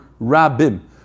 rabim